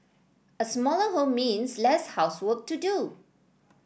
a smaller home means less housework to do